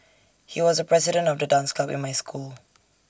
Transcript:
he was A president of the dance club in my school